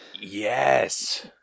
yes